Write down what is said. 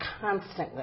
constantly